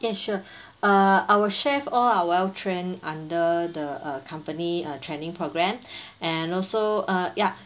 yes sure uh our chefs all are well trained under the uh company uh training program and also uh ya